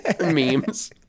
memes